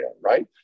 right